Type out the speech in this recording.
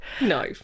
no